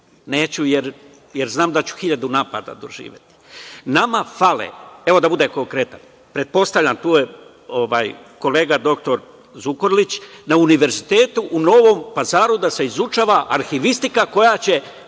Neću, jer znam da ću hiljadu napada doživeti. Nama fale, evo, da budem konkretan, pretpostavljam, tu je kolega dr Zukorlić, na Univerzitetu u Novom Pazaru da se izučava arhivistika koja će